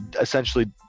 essentially